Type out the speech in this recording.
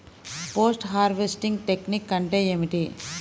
Post harvesting technique అంటే ఏమిటీ?